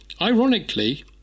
ironically